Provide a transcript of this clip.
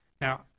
Now